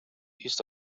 east